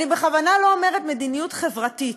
אני בכוונה לא אומרת "מדיניות חברתית",